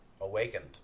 awakened